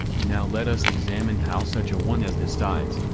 now let us examine how such a one as this dies.